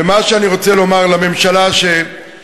ומה שאני רוצה לומר לממשלה שמתחלפת,